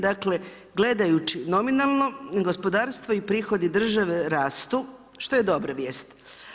Dakle, gledajući nominalno gospodarstvo i prihodi države rastu, što je dobra vijest.